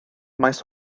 maes